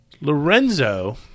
Lorenzo